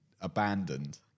abandoned